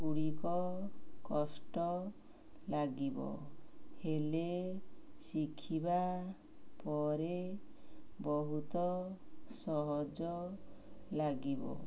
ଗୁଡ଼ିକ କଷ୍ଟ ଲାଗିବ ହେଲେ ଶିଖିବା ପରେ ବହୁତ ସହଜ ଲାଗିବ